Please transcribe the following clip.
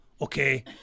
Okay